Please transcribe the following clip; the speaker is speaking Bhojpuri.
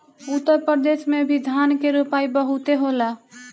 उत्तर प्रदेश में भी धान के रोपाई बहुते होला